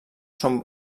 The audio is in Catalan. són